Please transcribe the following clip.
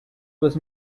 was